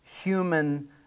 human